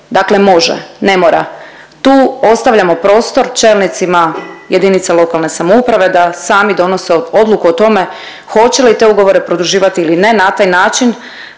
dakle može, ne mora. Tu ostavljamo prostor čelnicima jedinice lokalne samouprave da sami donose odluku o tome hoće li te ugovore produživati ili ne na taj način,